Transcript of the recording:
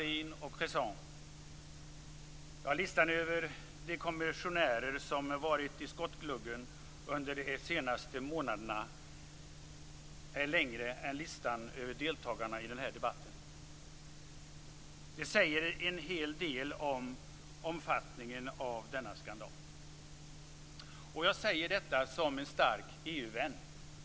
Listan över de kommissionärer som har varit i skottgluggen under de senaste månaderna är längre än listan över deltagarna i den här debatten. Det säger en hel del om omfattningen av denna skandal. Jag vill understryka att jag säger detta som en stark EU-vän.